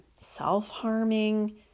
self-harming